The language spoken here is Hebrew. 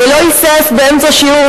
ולא היסס לצאת באמצע שיעור,